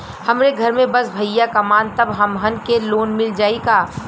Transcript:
हमरे घर में बस भईया कमान तब हमहन के लोन मिल जाई का?